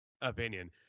opinion